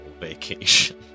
vacation